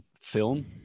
film